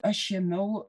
aš ėmiau